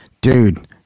dude